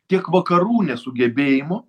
tiek vakarų nesugebėjimo